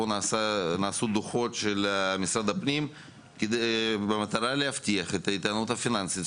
נעשו פה דוחות של משרד הפנים במטרה להבטיח את האיתנות הפיננסית.